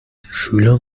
schüler